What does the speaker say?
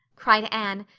cried anne,